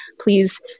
please